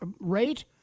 rate